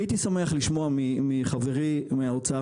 אני הייתי שמח לשמוע מחברי מהאוצר,